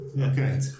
Okay